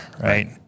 Right